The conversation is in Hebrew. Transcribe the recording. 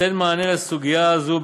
נותן מענה לסוגיה זו.